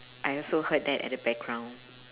I also heard that at the background